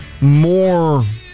more